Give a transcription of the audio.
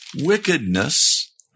wickedness